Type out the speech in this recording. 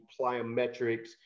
plyometrics